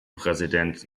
präsident